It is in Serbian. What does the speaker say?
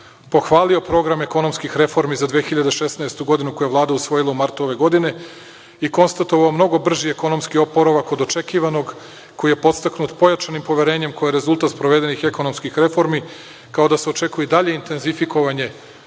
pohvalio je program ekonomskih reformi za 2016. godinu, koji je Vlada usvojila u martu ove godine i konstatovao mnogo brži ekonomski oporavak od očekivanog, koji je podstaknut pojačnim poverenjem koje je rezultat sprovedenih ekonomskih reformi, kao da se očekuje i dalje intenzifikovanje